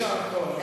אי-אפשר הכול.